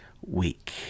week